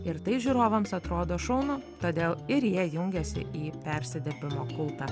ir tai žiūrovams atrodo šaunu todėl ir jie jungiasi į persidirbimo kultą